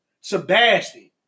Sebastian